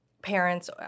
parents